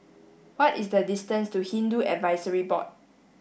what is the distance to Hindu Advisory Board